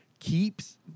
keeps